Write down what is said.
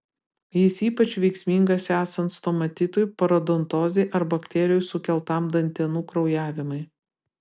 jis ypač veiksmingas esant stomatitui parodontozei ar bakterijų sukeltam dantenų kraujavimui